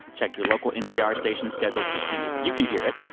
check your local npr station's schedule to see if you can hear it.